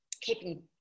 keeping